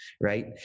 Right